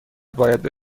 باید